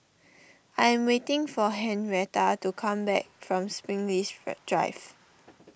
I am waiting for Henretta to come back from Springleaf Drive